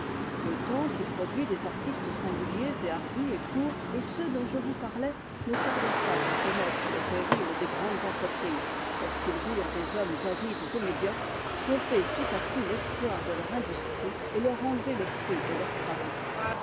le temps qui produit les artistes singuliers et hardis est court et ceux dont je vous parlais ne tardèrent pas à connaître le péril des grandes entreprises lorsqu'ils virent des hommes avides et médiocres tromper tout à coup l'espoir de leur industrie et leur enlever le fruit de leurs travaux